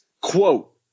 Quote